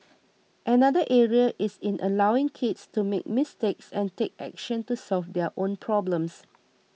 another area is in allowing kids to make mistakes and take action to solve their own problems